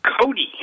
Cody